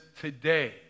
today